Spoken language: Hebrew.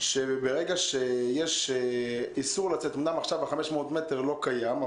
שברגע שיש איסור לצאת אומנם עכשיו 500 מטר לא קיים,